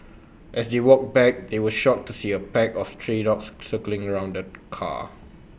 as they walked back they were shocked to see A pack of stray dogs circling around the car